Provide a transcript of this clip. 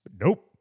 Nope